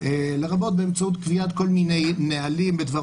לרבות באמצעות קביעת כל מיני נהלים בדבר